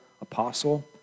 apostle